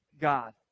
God